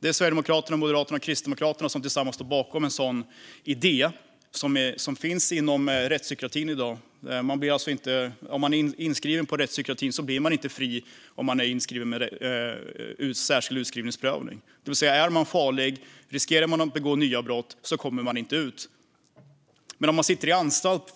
Det är Sverigedemokraterna, Moderaterna och Kristdemokraterna som tillsammans står bakom en sådan idé, som finns inom rättspsykiatrin i dag. Om man är inskriven där med särskild utskrivningsprövning blir man inte fri. Det vill säga, är man farlig och riskerar att begå nya brott kommer man inte ut. För den som sitter i anstalt